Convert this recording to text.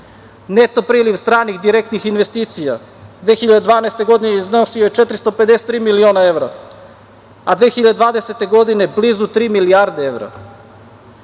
priliv stranih direktnih investicija 2012. godine iznosio je 453 miliona evra, a 2020. godine blizu tri milijarde